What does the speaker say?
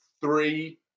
three